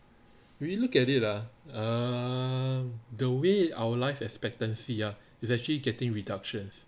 when you look at it ah um the way our life expectancy ah is actually getting reductious